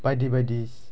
बायदि बायदि